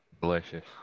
delicious